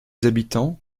habitants